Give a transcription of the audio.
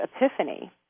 epiphany